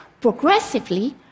progressively